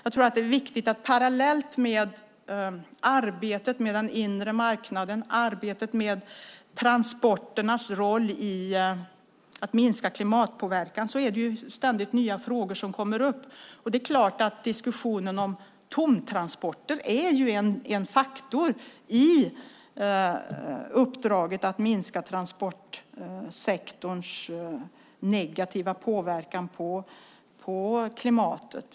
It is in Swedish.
Det är viktigt att parallellt med arbetet med den inre marknaden och arbetet med transporternas roll i att minska klimatpåverkan kommer ständigt nya frågor. Diskussionen om tomtransporter är en faktor i uppdraget att minska transportsektorns negativa påverkan på klimatet.